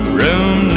room